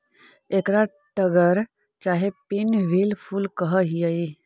एकरा टगर चाहे पिन व्हील फूल कह हियई